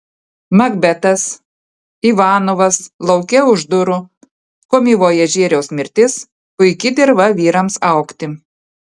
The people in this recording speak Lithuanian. makbetas ivanovas lauke už durų komivojažieriaus mirtis puiki dirva vyrams augti